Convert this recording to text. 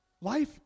Life